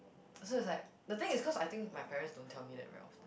so it's like the thing is cause I think my parents don't tell me that very often